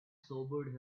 sobered